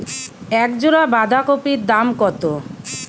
এক জোড়া বাঁধাকপির দাম কত?